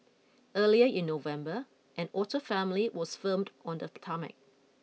earlier in November an otter family was firmed on the tarmac